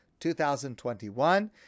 2021